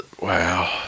Wow